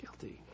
Guilty